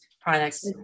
products